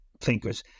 thinkers